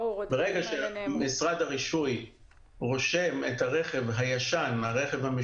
ברגע שמשרד הרישוי רושם את הרכב המשומש